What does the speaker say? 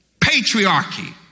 patriarchy